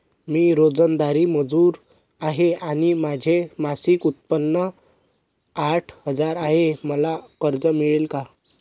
मी रोजंदारी मजूर आहे आणि माझे मासिक उत्त्पन्न आठ हजार आहे, मला कर्ज मिळेल का?